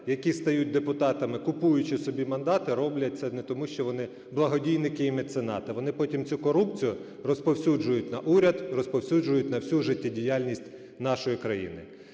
які стають депутатами, купуючи собі мандати, роблять це не тому, що вони благодійники і меценати. Вони потім цю корупцію розповсюджують на уряд, розповсюджують на всю життєдіяльність нашої країни.